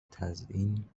تزیین